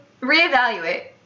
Reevaluate